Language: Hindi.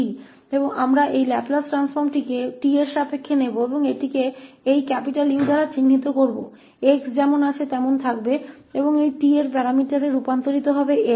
तो हम इस लाप्लास ट्रांसफॉर्म को 𝑡 के संबंध में लेंगे और इसे हम इस 𝑈 से निरूपित करेंगे 𝑥 जैसा है वैसा ही रहेगा और यह इस पैरामीटर में रूपांतरित हो जाएगा